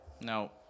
No